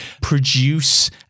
produce